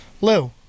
Lou